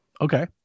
Okay